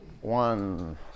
one